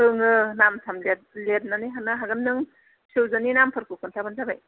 दङ नाम साम लिरनानै होनो हागोन नों फिसौजोनि नामफोरखौ खिन्थाबानो जाबाय